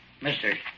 Mister